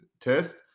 test